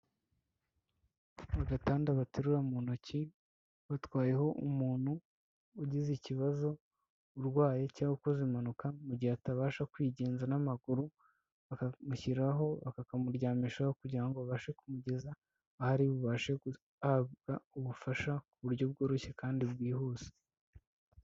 Agatanda baterura mu ntoki batwayeho umuntu ugize ikibazo urwaye cyangwa ukoza impanuka mu gihe atabasha kwigenza n'amaguru, bakamushyiraho bakakamuryamishaho kugira ngo babashe kumugeza aho ari bubashe guhabwa ubufasha ku buryo bworoshye kandi bwihuse.